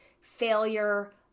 failure